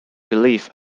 belief